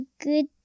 good